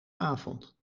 avond